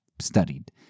studied